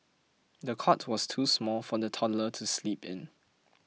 the cot was too small for the toddler to sleep in